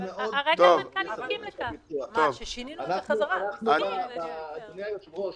אדוני היושב-ראש,